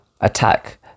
attack